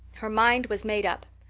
her mind was made up.